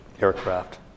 aircraft